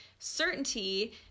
certainty